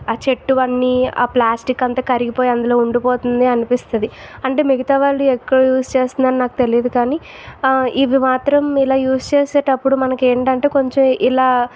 ఆ చెట్టువన్నీ ఆ ప్లాస్టిక్ అంత కరిగిపోయి అందులో ఉండిపోతుంది అనిపిస్తుంది అంటే మిగతా వాళ్ళు ఎక్కడ యూజ్ చేస్తున్నారో తెలీయదు కాని అ ఇవి మాత్రం ఇలా యూజ్ చేసేటప్పుడు మనకు ఏంటిఅంటే కొంచెం ఇలా